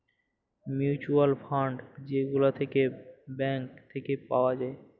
mutual fund যে গুলা থাক্যে ব্যাঙ্ক থাক্যে পাওয়া যায়